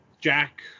Jack